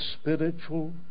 spiritual